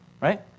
right